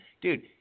Dude